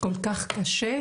כל כך קשה,